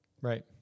Right